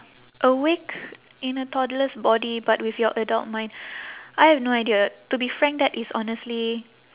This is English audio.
awake in a toddler's body but with your adult mind I have no idea to be frank that is honestly